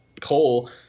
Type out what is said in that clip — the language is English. cole